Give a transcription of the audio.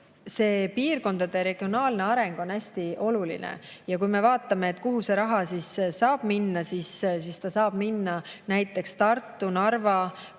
teha. Piirkondade regionaalne areng on hästi oluline. Kui me vaatame, kuhu see raha saab minna, siis see saab minna näiteks Tartu, Narva,